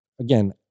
again